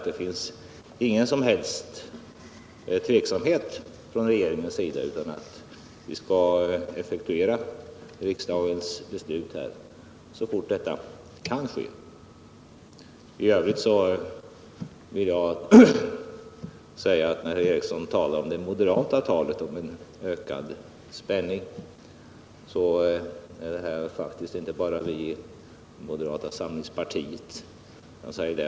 I det fallet är frågan av mycket begränsad betydelse. Jag kan i alla fall upplysa Sture Ericson om att beredning av detta ärende pågår i regeringskansliet. Men herr Ericson är säkerligen också medveten om att det rör sig om ganska komplicerade problem. Man fattar inte bara beslut, utan här krävs rätt noggranna undersökningar. Jag kan försäkra att det finns ingen som helst tveksamhet från regeringens sida, utan vi skall effektuera riksdagens beslut så fort detta kan ske. Herr Ericson talar om ”det moderata talet om en ökande spänning”, men det är faktiskt inte bara vi i moderata samlingspartiet som talar om den.